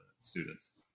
students